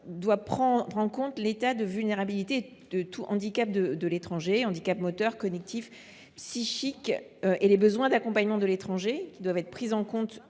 doivent prendre en compte l’état de vulnérabilité et tout handicap de l’étranger. Le handicap moteur, cognitif ou psychique et les besoins d’accompagnement de l’étranger sont pris en compte